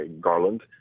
Garland